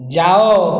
ଯାଅ